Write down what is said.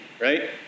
right